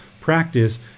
practice